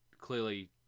clearly